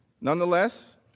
Nonetheless